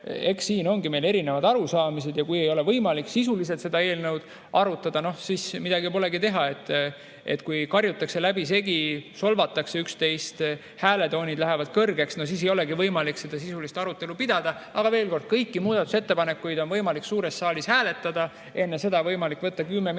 Eks siin ongi meil erinevad arusaamised. Ja kui ei olnud võimalik sisuliselt seda eelnõu arutada, siis midagi pole teha. Kui karjutakse läbisegi, solvatakse üksteist, hääletoonid lähevad kõrgeks – no siis ei olegi võimalik sisulist arutelu pidada. Aga veel kord: kõiki muudatusettepanekuid on võimalik suures saalis hääletada, enne seda on võimalik võtta kümme minutit